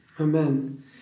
Amen